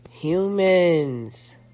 Humans